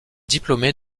diplômée